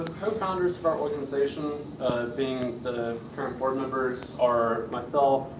co-founders of our organization being the current board members, are myself,